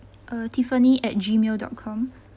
uh tiffany at gmail dot com